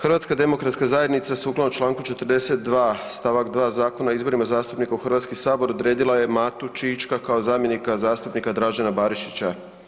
HDZ sukladno Članku 42. stavak 2. Zakona o izborima zastupnika u Hrvatski sabor odredila je Matu Čička kao zamjenika zastupnika Dražena Barišića.